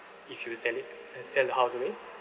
if you sell it uh sell the house away